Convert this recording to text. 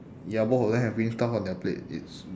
ya both of them have green stuff on their plate it's